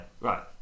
right